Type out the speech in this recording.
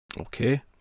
Okay